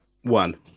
One